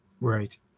Right